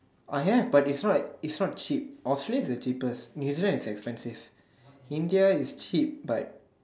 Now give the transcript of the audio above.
I have but it's not it's not cheap Australia is the cheapest new Zealand is expensive India is cheap but